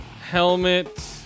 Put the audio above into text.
Helmet